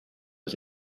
was